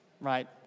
right